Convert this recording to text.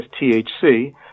THC